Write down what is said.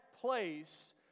place